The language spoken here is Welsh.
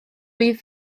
wyf